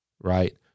right